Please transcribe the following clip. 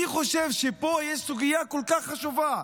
אני חושב שפה יש סוגיה כל כך חשובה,